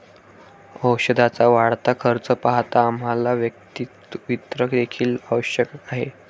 औषधाचा वाढता खर्च पाहता आम्हाला वैयक्तिक वित्त देखील आवश्यक आहे